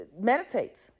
meditates